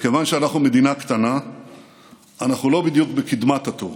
וכיוון שאנחנו מדינה קטנה אנחנו לא בדיוק בקדמת התור.